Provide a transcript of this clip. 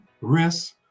Risk